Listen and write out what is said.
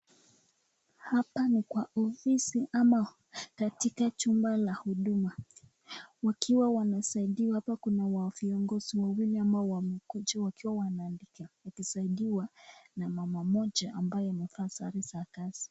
Hapa ni kwa ofisi ama katika chumba la huduma wakiwa wanasaidiwa. Hapa kuna viongozi wawili ambao wamekuja wakiwa wanaandika wakisaidiwa na mama mmoja ambaye amevaa sare za kazi.